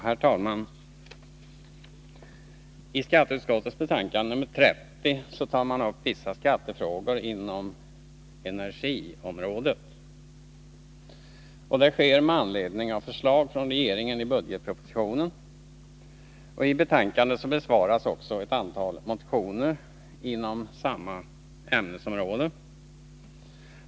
Herr talman! I skatteutskottets betänkande nr 30 tar man upp vissa skattefrågor inom energiområdet. Det sker med anledning av förslag från regeringen i budgetpropositionen. I betänkandet besvaras också ett antal motioner inom samma ämnesområde.